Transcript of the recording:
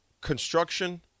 construction